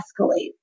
escalate